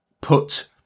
put